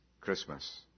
Christmas